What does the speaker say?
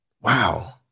wow